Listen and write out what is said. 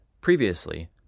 Previously